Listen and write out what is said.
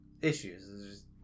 issues